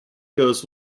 goes